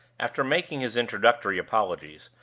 after making his introductory apologies,